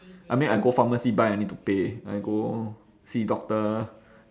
I mean I go pharmacy buy I need to pay I go see doctor